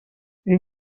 این